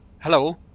Hello